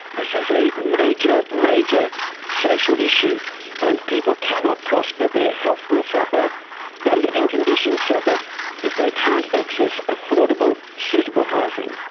this is a major, major social issue and people cannot prosper, their health will suffer, their living conditions suffer if they can't access affordable, suitable housing.